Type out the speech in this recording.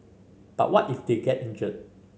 but what if they get injured